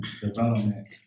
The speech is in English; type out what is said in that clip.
development